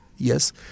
Yes